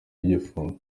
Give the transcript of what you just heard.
y’igifungo